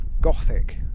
gothic